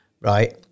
right